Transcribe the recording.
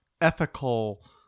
ethical